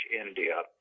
India